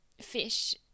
fish